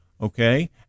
okay